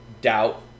doubt